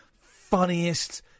funniest